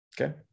Okay